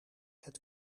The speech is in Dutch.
het